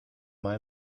mal